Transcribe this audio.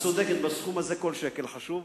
את צודקת, בסכום הזה כל שקל חשוב.